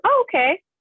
okay